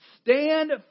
Stand